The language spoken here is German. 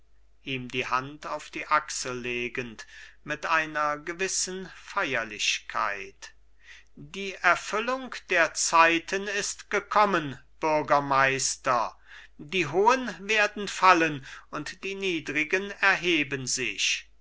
ihm die hand auf die achsel legend mit einer gewissen feierlichkeit die erfüllung der zeiten ist gekommen bürgermeister die hohen werden fallen und die niedrigen erheben sich